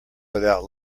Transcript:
without